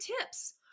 tips